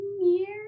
years